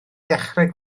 ddechrau